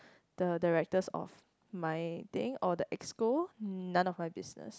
the directors of my thing or the Exco none of my business